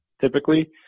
typically